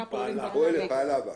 פעלה בה.